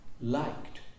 liked